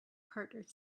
partner